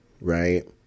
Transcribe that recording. right